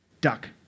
duck